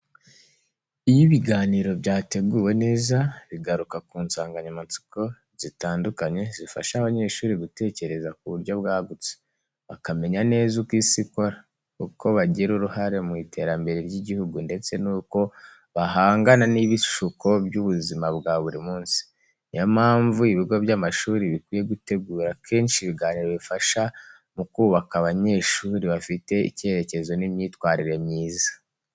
Iyo ibiganiro byateguwe neza, bigaruka ku nsanganyamatsiko zitandukanye zifasha abanyeshuri gutekereza ku buryo bwagutse, bakamenya neza uko isi ikora, uko bagira uruhare mu iterambere ry’igihugu ndetse n’uko bahangana n’ibishuko by’ubuzima bwa buri munsi. Ni yo mpamvu ibigo by’amashuri bikwiye gutegura kenshi ibiganiro bifasha mu kubaka abanyeshuri bafite icyerekezo n’imyitwarire myiza.